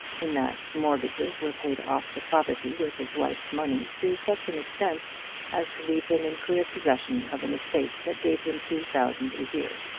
in that mortgages were paid off the property with his wife's money to such an extent as to leave him in clear possession of an estate that gave him two thousand a year.